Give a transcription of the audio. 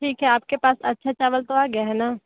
ठीक है आपके पास अच्छा चावल तो आ गया है ना